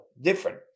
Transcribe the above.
Different